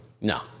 No